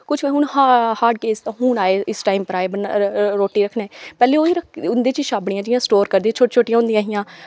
कुछ हून hot case दा हून आए इस टाइम पर आए रोटी रक्खने ई पैह्लें ओही इंदे छाबड़ियें च गै स्टोर करदे हे छोटी छोटियां होंदियां हां